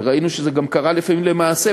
וראינו שזה גם קרה לפעמים למעשה,